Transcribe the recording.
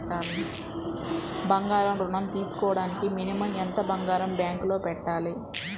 బంగారం ఋణం తీసుకోవడానికి మినిమం ఎంత బంగారం బ్యాంకులో పెట్టాలి?